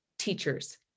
teachers